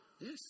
Yes